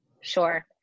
sure